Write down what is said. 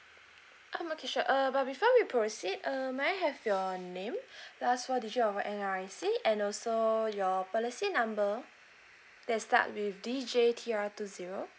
um okay sure uh but before we proceed err may I have your name last four digit of your N_R_I_C and also your policy number that start with D J Q R two zero